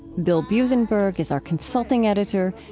bill buzenberg is our consulting editor.